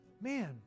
man